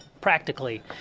practically